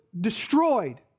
destroyed